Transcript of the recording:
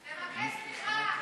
תבקש סליחה.